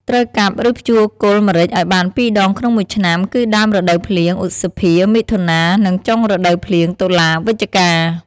ត្រូវកាប់ ឬ ភ្ជួរគល់ម្រេចឱ្យបាន២ដងក្នុង១ឆ្នាំគឺដើមរដូវភ្លៀង ឧសភា-មិថុនា និងចុងរដូវភ្លៀង តុលា-វិច្ឆិកា។